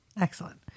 Excellent